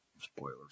spoilers